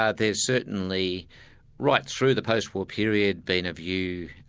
ah there's certainly right through the postwar period been a view